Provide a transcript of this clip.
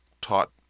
taught